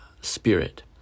spirit